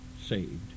saved